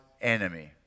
enemy